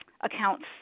accounts